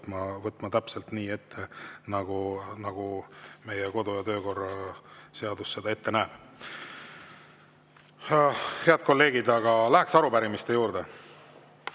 ette täpselt nii, nagu meie kodu- ja töökorra seadus ette näeb. Head kolleegid, läheks arupärimiste juurde.